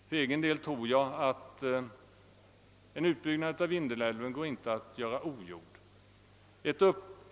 För egen del tror jag att en utbyggnad av Vindelälven inte kan göras ogjord.